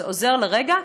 זה עוזר לרגע,